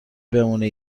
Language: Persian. بمونه